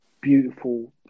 beautiful